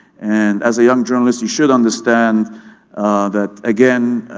and as a young journalist you should understand that again